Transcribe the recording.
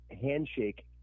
handshake